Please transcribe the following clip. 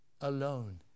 alone